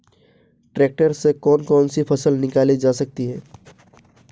Tractor से कौन कौनसी फसल निकाली जा सकती हैं?